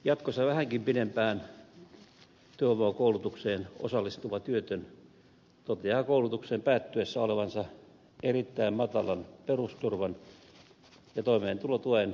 jatkossa vähänkin pidempään työvoimakoulutukseen osallistuva työtön toteaa koulutuksen päättyessä olevansa erittäin matalan perusturvan ja toimeentulotuen varassa